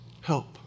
help